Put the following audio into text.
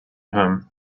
home